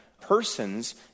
persons